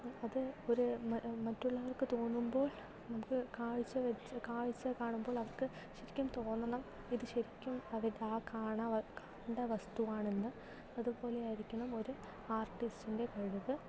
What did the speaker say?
അത് ഒര് മറ്റുള്ളവർക്ക് തോന്നുമ്പോൾ നമുക്ക് കാഴ്ച വച്ച് കാഴ്ച കാണുമ്പോൾ അവർക്ക് ശരിക്കും തോന്നണം ഇത് ശരിക്കും അത് കാണവ കണ്ട വസ്തുവാണെന്ന് അതുപോലെയായിരിക്കണം ഒര് ആർട്ടിസ്റ്റിൻ്റെ കഴിവ്